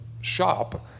shop